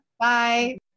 bye